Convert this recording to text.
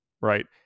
right